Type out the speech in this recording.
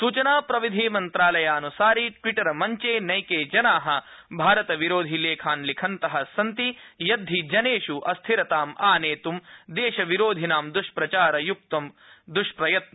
सूचना प्रविधि मन्त्रालयान्सारि ट्वीटर मञ्चे नैके जना भारतविरोधि लेखान् लिखन्त सन्ति यद्धि जनेषु अस्थिरताम् आनेतुं देशविरोधिनां दृष्प्रचारयुक्त यत्न